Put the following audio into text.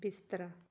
ਬਿਸਤਰਾ